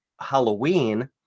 Halloween